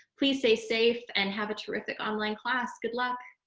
please stay safe and have a terrific online class. good luck.